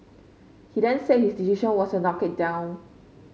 he then said his decision was a knock it down